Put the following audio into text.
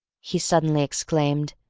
he suddenly exclaimed,